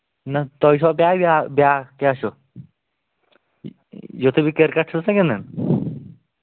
نہ تۄہہِ چھُوا بیٛاکھ کیٛاہ چھُ یِتھُے بہٕ کِرکَٹ چھُس نہ گِندان